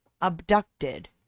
abducted